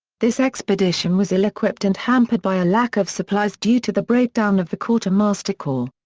this expedition was ill-equipped and hampered by a lack of supplies due to the breakdown of the quartermaster corps.